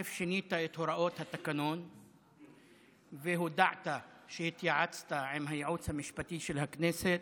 שינית את הוראות התקנון והודעת שהתייעצת עם הייעוץ המשפטי של הכנסת,